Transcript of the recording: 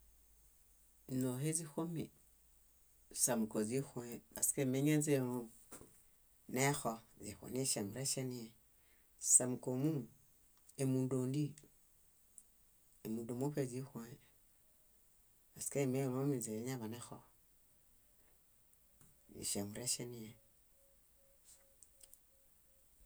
. Ínoohe źíxomi: sámuko źíxõe paske méñenźelom neexo źixuniŝeŋureŝenie, sámukomumu, émunduondi, émundu muṗe źíxõe paske mélominźe eñaḃanexo. Źiŝeŋureŝenie.